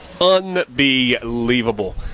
Unbelievable